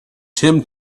tim